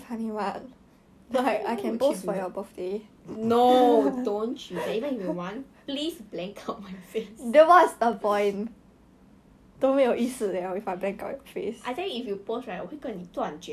like yu jia again did you see yu jia's new hair I saw annabelle's story I'm like who is that is that yu jia 做什么他头发这样子的